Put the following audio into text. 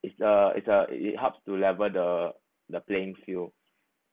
is uh is uh it helps to level the the playing field